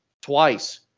twice